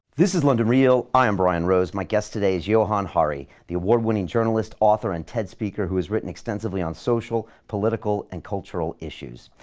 this is london real, i am brian rose. my guest today is johann hari, the award winning journalist, author, and ted speaker who has written extensively on social, political, and cultural issues.